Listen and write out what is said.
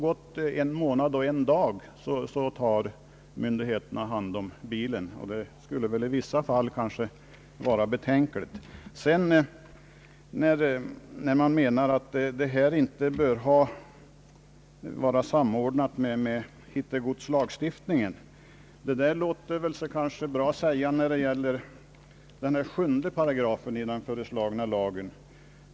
Har det då gått en månad och en dag tar myndigheterna hand om bilen. Det kan väl i vissa fall anses vara betänkligt. Det har också ansetts att omhändertagandet av fordon inte skall vara en fråga som är samordnad med hittegodslagstiftningen. Det låter sig kanske bra säga när det gäller 7 § i den föreslagna lagen.